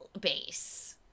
base